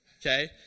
okay